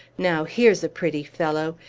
now, here's a pretty fellow!